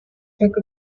pick